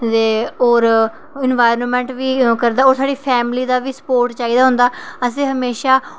ते होर इन्वॉरनामैंट बी करदा ओह् साढ़ी फैमिली दा बी स्पोर्ट चाहिदा होंदा असें हमेशा